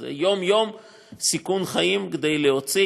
זה יום-יום סיכון חיים כדי להוציא